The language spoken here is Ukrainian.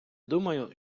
думаю